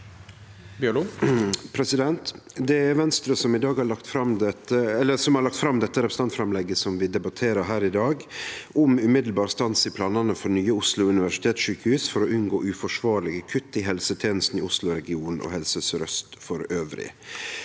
Det er Venstre som har lagt fram det representantframlegget vi debatterer her i dag, om umiddelbar stans i planane for nye Oslo universitetssjukehus for å unngå uforsvarlege kutt i helsetenestene i Oslo-regionen og Helse Sør-Aust elles.